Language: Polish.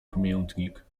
pamiętnik